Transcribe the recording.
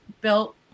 built